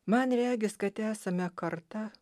man regis kad esame karta